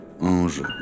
ange